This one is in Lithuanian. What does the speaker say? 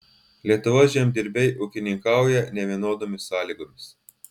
lietuvos žemdirbiai ūkininkauja nevienodomis sąlygomis